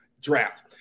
draft